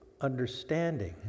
understanding